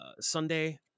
sunday